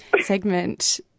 segment